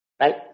right